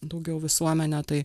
daugiau visuomene tai